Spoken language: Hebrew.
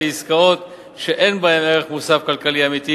ועסקאות שאין בהן ערך מוסף כלכלי אמיתי,